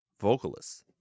vocalists